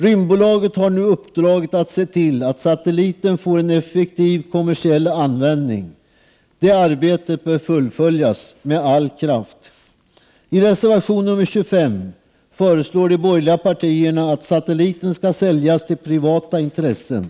Rymdbolaget har nu uppdraget att se till att satelliten får en effektiv kommersiell användning. Det arbetet bör fullföljas med all kraft. I reservation nr 25 föreslår de borgerliga partierna att satelliten skall säljas till privata intressen.